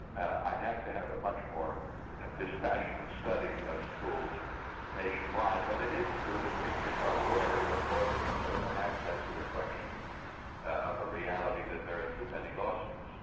i'd have to have a much more ah dispassionate study of schools nationwide, but it is true that teachers are wary of lawsuits, so perhaps that's a reflection of a reality that there are too many lawsuits.